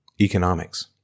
economics